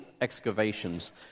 Excavations